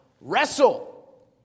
wrestle